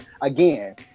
again